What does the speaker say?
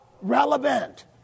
Relevant